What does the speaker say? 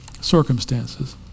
circumstances